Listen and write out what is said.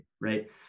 right